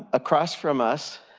across from us,